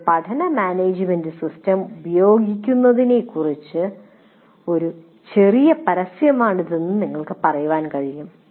ഒരു പഠനമാനേജുമെന്റ് സിസ്റ്റം ഉപയോഗിക്കുന്നതിനെക്കുറിച്ചുള്ള ഒരു ചെറിയ പരസ്യമാണിതെന്ന് നിങ്ങൾക്ക് പറയാൻ കഴിയും